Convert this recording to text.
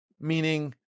meaning